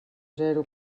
zero